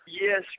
Yes